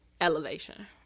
Elevation